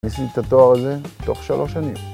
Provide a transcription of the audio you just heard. עשיתי את התואר הזה תוך שלוש שנים